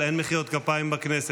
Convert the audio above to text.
אבל אין מחיאות כפיים בכנסת.